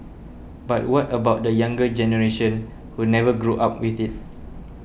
but what about the younger generation who never grew up with it